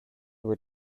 were